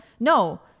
no